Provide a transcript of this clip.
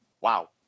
Wow